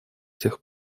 тех